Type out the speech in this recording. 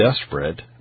desperate